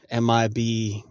MIB